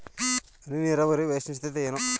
ಹನಿ ನೀರಾವರಿಯ ವೈಶಿಷ್ಟ್ಯತೆ ಏನು?